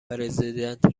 پرزیدنت